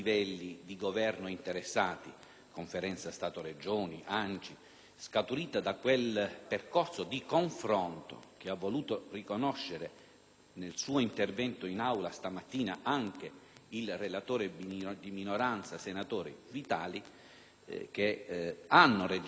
(Conferenza Stato-Regioni, ANCI) e scaturita da quel percorso di confronto - che ha voluto riconoscere nel suo intervento in Aula stamattina anche il relatore di minoranza, senatore Vitali - che ha registrato un'apertura corretta